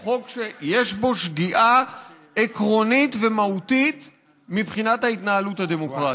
הוא חוק שיש בו שגיאה עקרונית ומהותית מבחינת ההתנהלות הדמוקרטית.